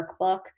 workbook